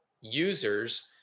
users